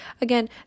again